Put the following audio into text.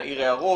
נעיר הערות.